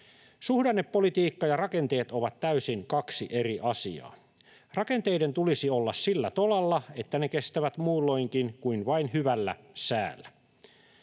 Suhdannepolitiikka ja rakenteet ovat kaksi täysin eri asiaa. Rakenteiden tulisi olla sillä tolalla, että ne kestävät muulloinkin kuin vain hyvällä säällä.